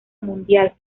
mundial